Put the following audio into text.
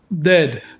dead